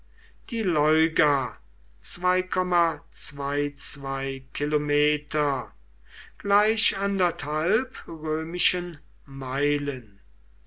die liga zwei zwei kilometer gleich anderthalb römischen meilen